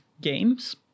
games